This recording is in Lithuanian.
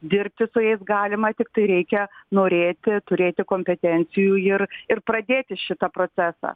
dirbti su jais galima tiktai reikia norėti turėti kompetencijų ir ir pradėti šitą procesą